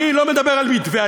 אני לא מדבר על מתווה.